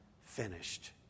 Finished